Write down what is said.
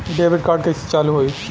Debit card कइसे चालू होई?